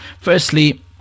Firstly